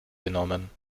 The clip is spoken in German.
genommen